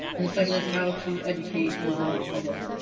and the second is how to educate and the general public.